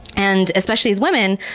and especially as women,